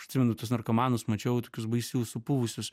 aš atsimenu tuos narkomanus mačiau tokius baisius supuvusius